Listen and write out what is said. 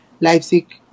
Leipzig